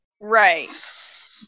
Right